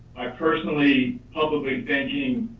i personally, publicly benching,